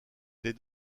des